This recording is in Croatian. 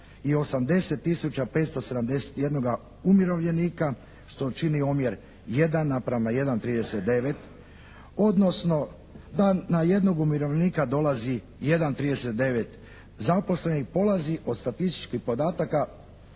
571 umirovljenika što čini omjer 1:1,39 odnosno da na jednog umirovljenika dolazi 1,39 zaposlenih polazi od statističkih podataka